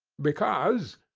because,